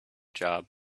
job